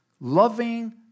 Loving